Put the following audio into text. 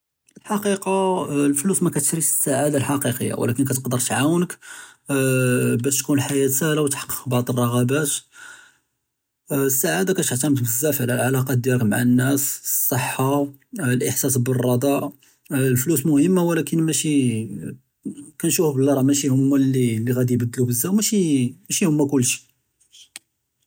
אֶלְחַקִיקַה פְּלוּס מַקְתַּשְּרִיש אֶסְסַעָאדָה אֶלְחַקִיקִיָּה, לָקִין כּתְקַדֵּר תְּעַוְּנְק בַּאש תְּקוּן חַיַאת סַאהְלָה וּתַחَقְּק בְּעַד רָغְבּוּת אֶסְסַעָאדָה, כּתְעְתַמֵד בְּזַאף עַלַא עֲלַאקַּאת דִיַאלֶך מַעַ נַאס, סְحַّة אֶלְאֶחְסָאס בִּרְדַאאַة פְּלוּס מֻהִימָּה לָקִין מַשִּי כִּנְשׁוּف מַשִּי הוֹמָּא גַאדִי יְבַדְּלוּ בְּזַאף, מַשִּי הוֹמָּא כֻּלְּשִׁי.